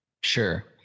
Sure